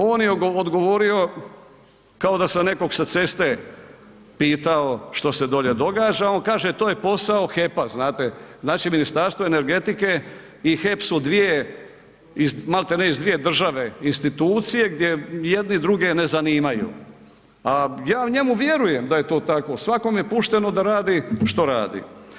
On je odgovorio kao da sam nekog sa ceste pitao što se dolje događa, on kaže to je posao HEP-a, znate, znači Ministarstvo energetike i HEP su dvije malti ne iz dvije države, institucije gdje jedni druge ne zanimaju a ja njemu vjerujem da je to tako, svakome je pušteno da radi što radi.